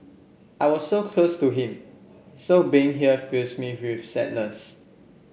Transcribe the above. I was so close to him so being here fills me with sadness